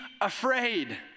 afraid